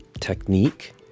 technique